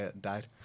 died